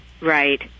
Right